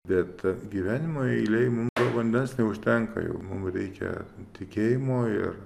bet gyvenimo eilėj vandens neužtenka jau mum reikia tikėjimo ir